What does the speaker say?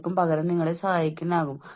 നിങ്ങൾ നിരന്തരം ആക്രമിക്കപ്പെടുന്നു